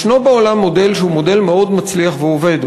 יש בעולם מודל שהוא מודל מאוד מצליח והוא עובד,